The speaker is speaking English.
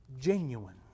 genuine